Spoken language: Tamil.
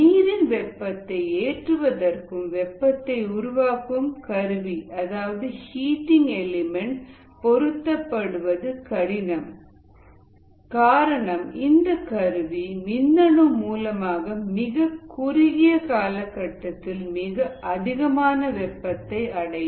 நீரின் வெப்பத்தை ஏற்றுவதற்கு வெப்பத்தை உருவாக்கும் கருவி அதாவது ஹீட்டிங் எல்மெண்ட் பொருத்துவது கடினம் காரணம் இந்த கருவி மின்னணு மூலமாக மிக குறுகிய காலகட்டத்தில் மிக அதிகமான வெப்பத்தை அடையும்